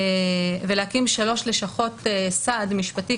ולהקים שלוש לשכות סעד משפטי,